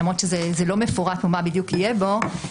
למרות שזה לא מפורט מה בדיוק יהיה בו,